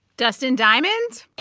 dustin diamond?